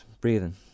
breathing